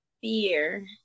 fear